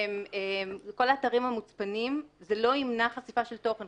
בכל האתרים המוצפנים זה לא ימנע חשיפה של תוכן.